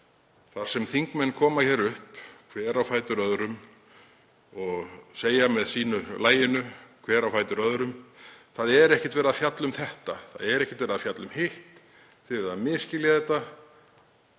og þingmenn koma upp hver á fætur öðrum og segja með sínu lagi, hver á fætur öðrum: Það er ekkert verið að fjalla um þetta, það er ekkert verið að fjalla um hitt, þið eruð að misskilja þetta.